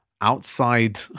outside